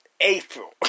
April